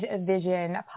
Vision